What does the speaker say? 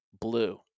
Blue